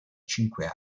cinque